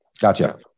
Gotcha